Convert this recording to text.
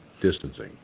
distancing